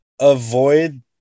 avoid